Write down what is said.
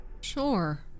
Sure